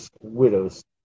widows